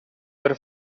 per